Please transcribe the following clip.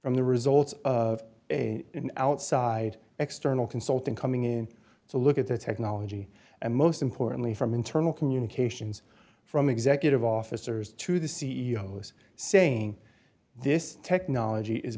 from the results of a outside external consultant coming in to look at the technology and most importantly from internal communications from executive officers to the c e o s saying this technology is